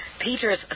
Peter's